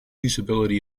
usability